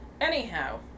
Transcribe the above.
Anyhow